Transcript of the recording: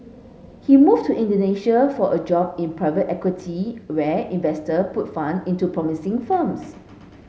he moved to Indonesia for a job in private equity where investor put fund into promising firms